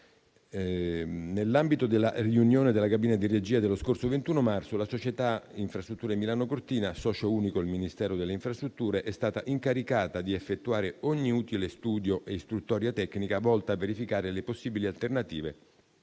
nell'ambito della riunione della cabina di regia dello scorso 21 marzo la società Infrastrutture Milano-Cortina (socio unico il Ministero delle infrastrutture) è stata incaricata di effettuare ogni utile studio e istruttoria tecnica volta a verificare le possibili alternative